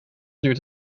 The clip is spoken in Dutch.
duurt